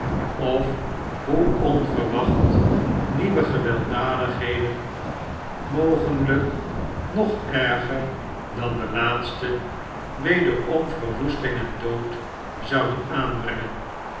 of hoe onverwacht nieuwe gewelddadigheden mogelijk nog erger dan de laatste wederom verwoesting en dood zouden aanbrengen